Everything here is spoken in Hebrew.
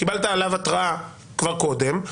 קיבלת עליו התראה כבר קודם.